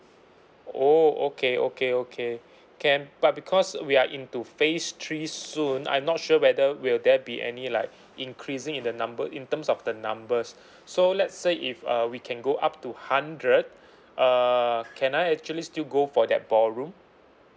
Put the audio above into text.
oh okay okay okay can but because we are into phase three soon I'm not sure whether will there be any like increasing in the number in terms of the numbers so let's say if uh we can go up to hundred uh can I actually still go for that ballroom